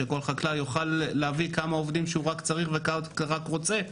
שכל חקלאי יוכל להביא כמה עובדים שהוא רק צריך וכמה שהוא רק רוצה.